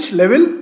level